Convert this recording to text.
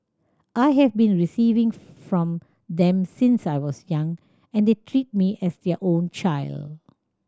I have been receiving from them since I was young and the treat me as their own child